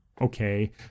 okay